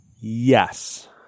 Yes